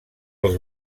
els